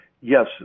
yes